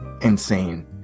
insane